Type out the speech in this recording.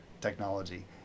technology